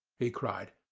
he cried.